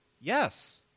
Yes